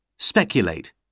Speculate